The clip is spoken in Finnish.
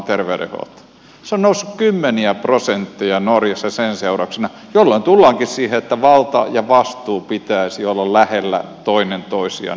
se on noussut kymmeniä prosentteja norjassa sen seurauksena jolloin tullaankin siihen että vallan ja vastuun pitäisi olla lähellä toinen toisiaan